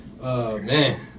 Man